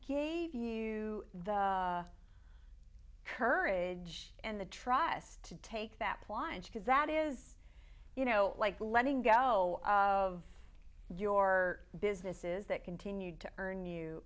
gave you the courage and the trust to take that plunge because that is you know like letting go of your businesses that continued to earn you